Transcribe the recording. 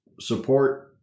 support